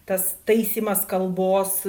tas taisymas kalbos